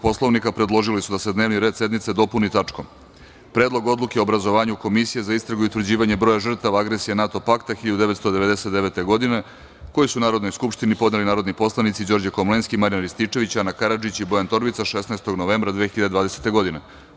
Poslovnika, predložili su da se dnevni red sednice dopuni tačkom – Predlog odluke o obrazovanju komisije za istragu i utvrđivanje broja žrtava agresije NATO pakta 1999. godine, koji su Narodnoj skupštini podneli narodni poslanici Đorđe Komlenski, Marijan Rističević, Ana Karadžić i Bojan Torbica 16. novembra 2020. godine.